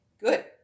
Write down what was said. good